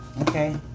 okay